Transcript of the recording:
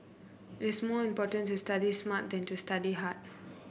it is more important to study smart than to study hard